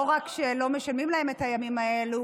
לא רק שלא משלמים להם את הימים האלה,